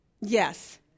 Yes